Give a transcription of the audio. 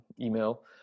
email